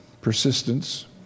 persistence